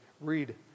Read